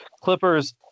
Clippers